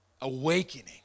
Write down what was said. awakening